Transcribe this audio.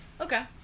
Okay